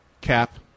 Cap